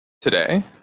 today